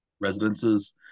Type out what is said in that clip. residences